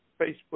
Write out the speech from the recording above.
Facebook